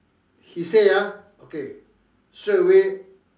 he say ah okay straightaway